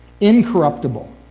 Incorruptible